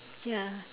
ya